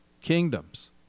kingdoms